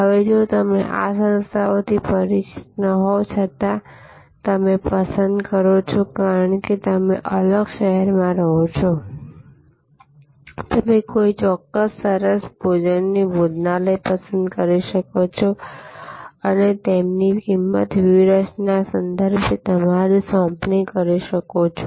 હવે જો તમે આ સંસ્થાઓથી પરિચિત ન હોવ છતાં તમે પસંદ કરો છો કારણ કે તમે અલગ શહેરમાં રહો છો તમે કોઈપણ સરસ ભોજનની ભોજનાલય પસંદ કરી શકો છો અને તેમની કિંમત વ્યૂહરચના સંદર્ભે તમારી સોંપણી કરી શકો છો